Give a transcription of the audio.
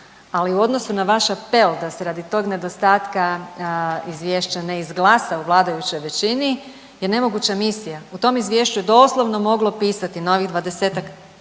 Ali u odnosu na vaš apel da se radi tog nedostatka izvješće ne izglasa u vladajućoj većini je nemoguća misija. U tom izvješću je doslovno moglo pisati novih dvadesetih